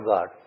God